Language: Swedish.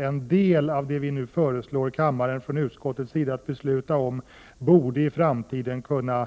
En del av det utskottet nu föreslår kammaren borde i framtiden kunna